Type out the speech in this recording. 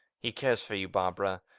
he cares for you, barbara.